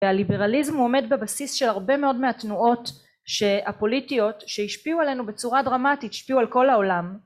והליברליזם עומד בבסיס של הרבה מאוד מהתנועות הפוליטיות שהשפיעו עלינו בצורה דרמטית השפיעו על כל העולם